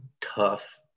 tough